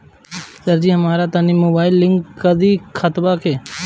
सरजी हमरा तनी मोबाइल से लिंक कदी खतबा के